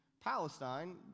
Palestine